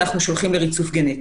אנחנו שולחים לריצוף גנטי.